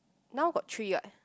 now got three [what]